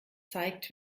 zeigt